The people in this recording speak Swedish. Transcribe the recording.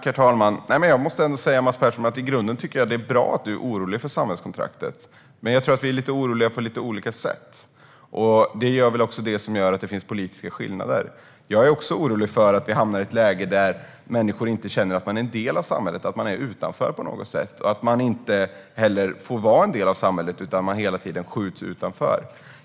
Herr talman! Det är bra att du är orolig för samhällskontraktet, Mats Persson. Jag tror dock att vi är oroliga på lite olika sätt, vilket gör att det finns politiska skillnader. Jag är orolig för att vi hamnar i ett läge där människor känner att de inte är en del av samhället utan står utanför och att de inte heller får vara en del av samhället utan hela tiden hålls utanför.